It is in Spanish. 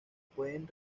pueden